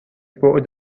بُعد